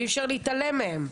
ואי אפשר להתעלם מהם.